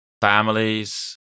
families